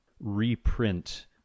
reprint